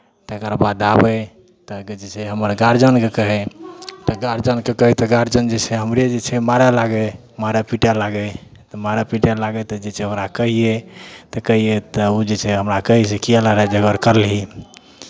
तकर बाद आबै तऽ जे छै हमर गारजनके कहै तऽ गारजनके कहै तऽ गारजन जे छै हमरे जे छै मारय लागै मारय पीटय लागै तऽ मारय पीटय लागै तऽ जे छै ओकरा कहियै तऽ कहियै तऽ ओ जे छै हमरा कहै जे किएक लड़ाइ झगड़ करलिही